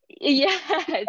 Yes